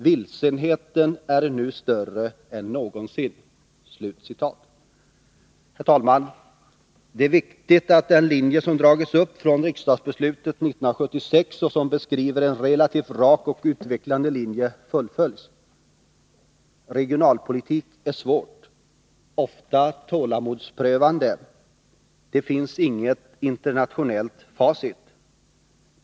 Vilsenheten är nu större än någonsin.” Herr talman! Det är viktigt att den linje som dragits upp från riksdagsbeslutet 1976 och som beskriver en relativt rak och utvecklande linje fullföljs. Regionalpolitik är svårt, ofta tålamodsprövande. Det finns inget internationellt facit.